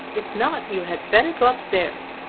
if not you had better go up-stairs.